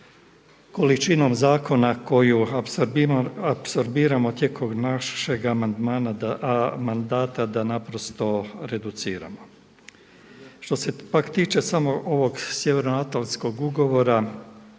količinom zakona koju apsorbiramo tijekom našeg mandata da naprosto reduciramo. Što se pak tiče samo ovog Sjevernoatlanskog ugovora